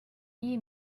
nii